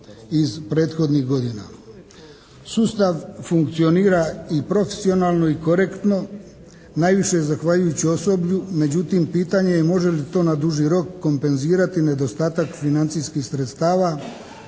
iz prethodnih godina. Sustav funkcionira i profesionalno i korektno najviše zahvaljujući osoblju. Međutim, pitanje je može li to na duži rok kompenzirati nedostatak financijskih sredstava,